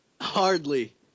Hardly